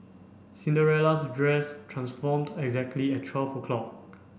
Cinderella's dress transformed exactly at twelve o'clock